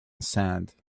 sand